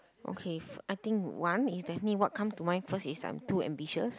okay I think one is definitely what come to mind first is I'm too ambitious